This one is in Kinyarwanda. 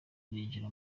ninjiye